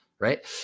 right